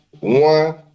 one